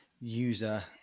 user